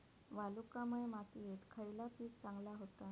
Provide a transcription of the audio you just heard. वालुकामय मातयेत खयला पीक चांगला होता?